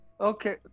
Okay